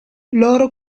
loro